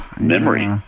memory